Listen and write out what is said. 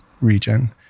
region